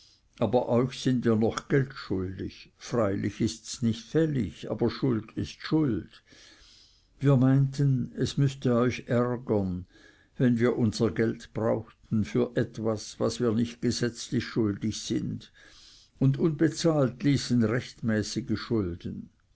aber euch sind wir noch geld schuldig freilich ists nicht fällig aber schuld ist schuld wir meinten es müßte euch ärgern wenn wir unser geld brauchten für etwas was wir nicht gesetzlich schuldig sind und unbezahlt ließen rechtmäßige schulden